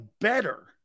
better